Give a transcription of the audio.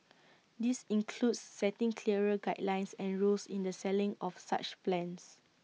this includes setting clearer guidelines and rules in the selling of such plans